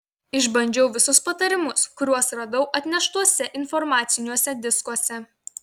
išbandžiau visus patarimus kuriuos radau atneštuose informaciniuose diskuose